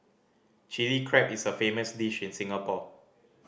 Chilli Crab is a famous dish in Singapore